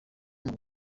ruri